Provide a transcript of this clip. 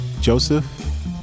Joseph